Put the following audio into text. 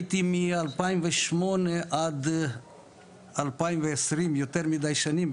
אני הייתי מ-2008 ועד 2020 יותר מידי שנים,